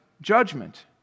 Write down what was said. judgment